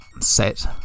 Set